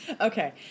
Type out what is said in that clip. Okay